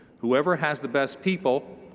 whoever has the best people,